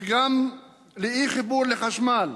וגם לאי-חיבור לחשמל,